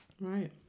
Right